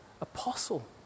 apostle